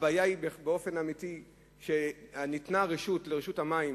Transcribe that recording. הבעיה היא, באופן אמיתי, שניתנה רשות לרשות המים